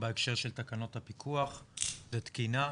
בהקשר של תקנות הפיקוח זה תקינה,